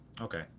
Okay